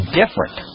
different